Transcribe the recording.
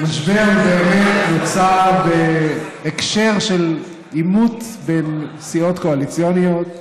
המשבר באמת נוצר בהקשר של עימות בין סיעות קואליציוניות.